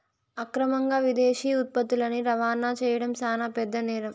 అక్రమంగా విదేశీ ఉత్పత్తులని రవాణా చేయడం శాన పెద్ద నేరం